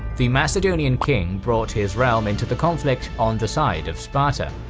the macedonian king brought his realm into the conflict on the side of sparta.